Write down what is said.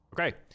Okay